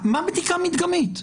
מה בדיקה מדגמית?